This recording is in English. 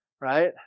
right